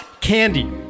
Candy